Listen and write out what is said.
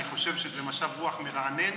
אני חושב שזה משב רוח מרענן